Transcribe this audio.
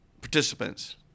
participants